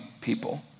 people